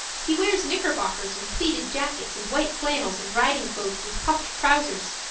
he wears knickerbockers and pleated jackets and white flannels and riding clothes with puffed trousers.